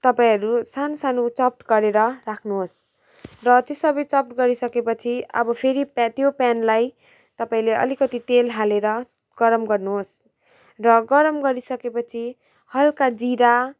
तपाईँहरू सानो सानो चप्ड गरेर राख्नुहोस् र त्यो सबै चप्ड गरि सकेपछि अब फेरि प्या त्यो प्यानलाई तपाईँले अलिकति तेल हालेर गरम गर्नुहोस् र गरम गरि सकेपछि हल्का जिरा